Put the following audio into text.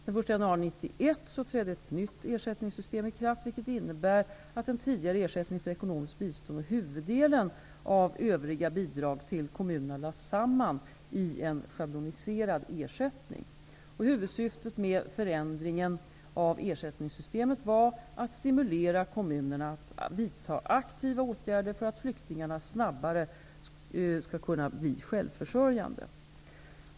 Den 1 januari 1991 trädde ett nytt ersättningssystem i kraft, vilket innebär att den tidigare ersättningen för ekonomiskt bistånd och huvuddelen av övriga bidrag till kommunerna lades samman i en schabloniserad ersättning. Huvudsyftet med förändringen av ersättningssystemet var att stimulera kommunerna att vidta aktiva åtgärder för att flyktingarna snabbare skall kunna bli självförsörjande.